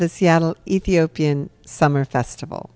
the seattle ethiopian summer festival